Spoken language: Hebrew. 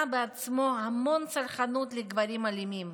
בעצמו המון סלחנות כלפי גברים אלימים.